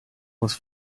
was